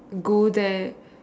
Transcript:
go there